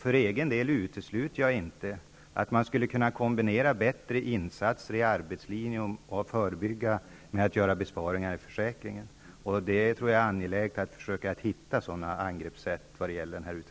För egen del utesluter jag inte att man skulle kunna kombinera förebyggande åtgärder genom bättre insatser via arbetslinjen och besparingar i försäkringen. Jag tror att det är angeläget för utredningen att försöka hitta sådana angreppssätt.